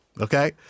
okay